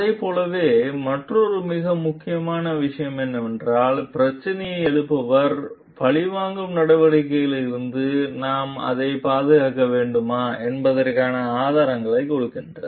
அதைப் போலவே மற்றொரு மிக முக்கியமான விஷயம் என்னவென்றால் பிரச்சினையை எழுப்புபவர் பழிவாங்கும் நடவடிக்கையில் இருந்து நாம் அதைப் பாதுகாக்க வேண்டுமா என்பதற்கான ஆதாரங்களைக் கொடுக்கிறார்